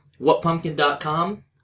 whatpumpkin.com